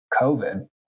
COVID